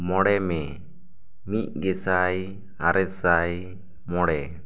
ᱢᱚᱬᱮ ᱢᱮ ᱢᱤᱫ ᱜᱮᱥᱟᱭ ᱟᱨᱮ ᱥᱟᱭ ᱢᱚᱬᱮ